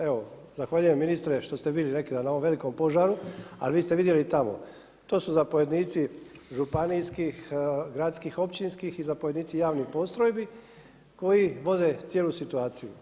Evo zahvaljujem ministre što ste bili neki dan na ovom velikom požaru, ali vi ste vidjeli tamo to su zapovjednici županijskih, gradskih, općinskih i zapovjednici javnih postrojbi koji vode cijelu situaciju.